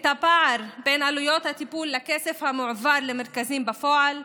את הפער בין עלויות הטיפול לכסף המועבר למרכזים בפועל,